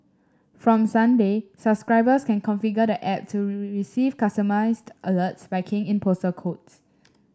from Sunday subscribers can configure the app to receive customised alerts by keying in postal codes